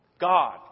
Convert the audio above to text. God